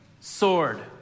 sword